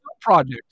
project